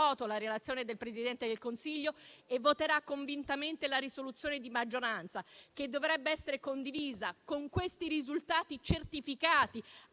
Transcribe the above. la relazione del Presidente del Consiglio e voterà convintamente la risoluzione di maggioranza che dovrebbe essere condivisa, con questi risultati certificati,